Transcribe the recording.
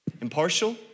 impartial